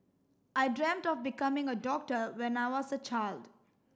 I dreamt of becoming a doctor when I was a child